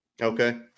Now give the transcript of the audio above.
Okay